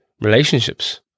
relationships